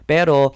Pero